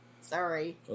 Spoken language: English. Sorry